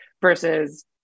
versus